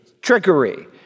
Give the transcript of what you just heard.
trickery